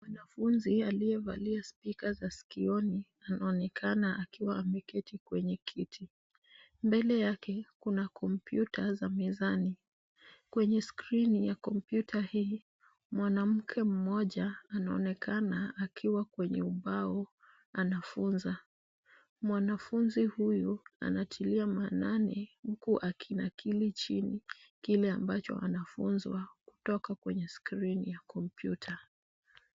Mwanafunzi aliyevalia speaker za sikioni, anaonekana akiwa ameketi kwenye kiti. Mbele yake kuna kompyuta za mezani. Kwenye skrini ya kompyuta hii, mwanamke mmoja, anaonekana akiwa kwenye ubao anafunza. Mwanafunzi huyu anatilia maanani huku akinakili chini kile ambacho anafunzwa kutoka kwenye skrini ya kompyuta.